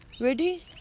Ready